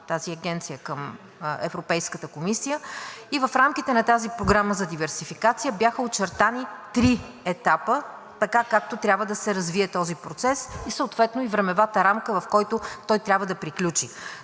Тази агенция е към Европейската комисия. И в рамките на тази програма за диверсификация бяха очертани три етапа, така както трябва да се развие този процес, съответно и времевата рамка, в която той трябва да приключи.